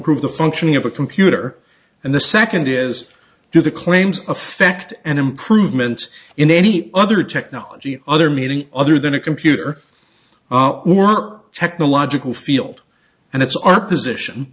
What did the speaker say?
prove the functioning of a computer and the second is do the claims affect an improvement in any other technology other meaning other than a computer technological field and it's our position